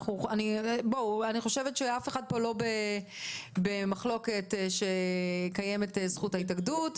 אף אחד פה לא במחלוקת שקיימת זכות התאגדות,